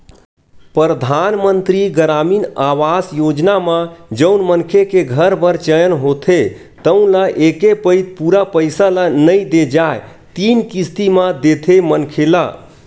परधानमंतरी गरामीन आवास योजना म जउन मनखे के घर बर चयन होथे तउन ल एके पइत पूरा पइसा ल नइ दे जाए तीन किस्ती म देथे मनखे ल